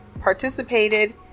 participated